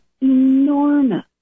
enormous